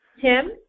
Tim